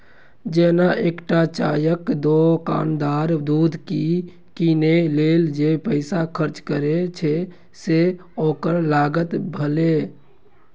जेना एकटा चायक दोकानदार दूध कीनै लेल जे पैसा खर्च करै छै, से ओकर लागत भेलै